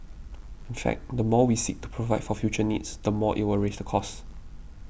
in fact the more we seek to provide for future needs the more it will raise the cost